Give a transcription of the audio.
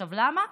למה?